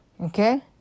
Okay